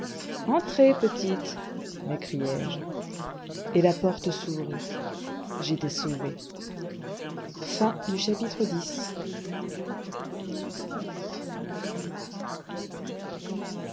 entrez petite m'écriai-je et la porte s'ouvrit j'étais sauvé